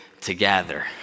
together